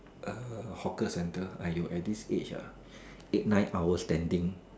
err hawker center !aiyo! at this age ah eight nine hours standing